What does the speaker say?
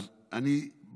אז עוד חצי דקה.